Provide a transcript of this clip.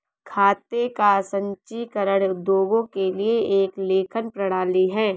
खाते का संचीकरण उद्योगों के लिए एक लेखन प्रणाली है